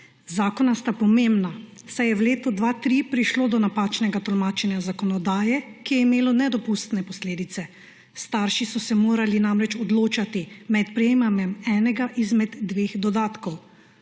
Zakona sta pomembna, saj je v letu 2003 prišlo do napačnega tolmačenja zakonodaje, ki je imelo nedopustne posledice. Starši so se morali namreč odločati med prejemanjem enega izmed dveh dodatkov,